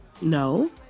No